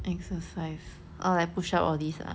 exercise orh like push up all these ah